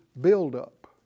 buildup